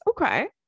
Okay